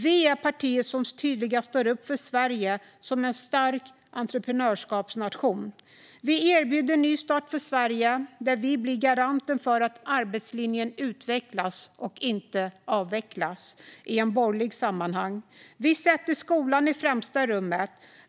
Vi är det parti som tydligast står upp för Sverige som en stark entreprenörskapsnation. Vi erbjuder en ny start för Sverige, där vi blir garanten för att arbetslinjen utvecklas och inte avvecklas i ett borgerligt sammanhang. Vi sätter skolan i främsta rummet.